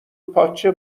پاچه